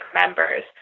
members